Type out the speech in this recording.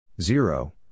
Zero